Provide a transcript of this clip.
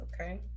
okay